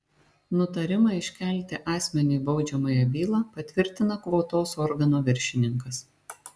nutarimą iškelti asmeniui baudžiamąją bylą patvirtina kvotos organo viršininkas